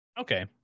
Okay